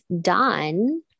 done